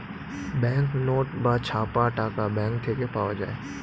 bank note বা ছাপা টাকা ব্যাঙ্ক থেকে পাওয়া যায়